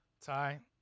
Ty